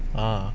ah